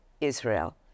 Israel